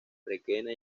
requena